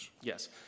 Yes